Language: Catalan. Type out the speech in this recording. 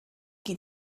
qui